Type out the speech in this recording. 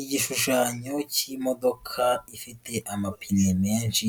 Igishushanyo cy'imodoka ifite amapine menshi,